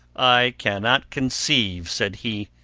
i cannot conceive, said he,